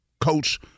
coach